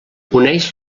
uneix